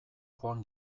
joan